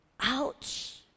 Ouch